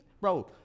Bro